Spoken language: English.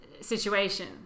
situation